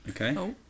Okay